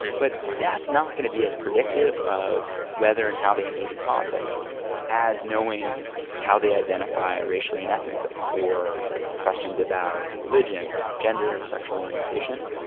but that's not going to be as predictive of whether and how they engage in politics as knowing how they identify racially and ethnically or questions about religion, gender, sexual orientation.